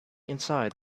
inside